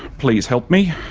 please help me,